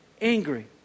angry